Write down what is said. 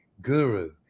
guru